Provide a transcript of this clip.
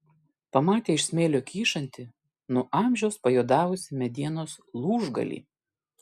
pamatė iš smėlio kyšantį nuo amžiaus pajuodavusį medienos lūžgalį